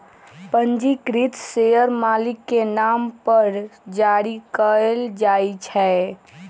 पंजीकृत शेयर मालिक के नाम पर जारी कयल जाइ छै